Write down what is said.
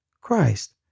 Christ